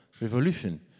revolution